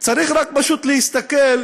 צריך רק פשוט להסתכל,